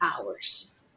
hours